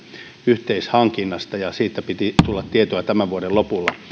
yhteishankinnasta siitä piti tulla tietoa tämän vuoden lopulla